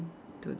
to the next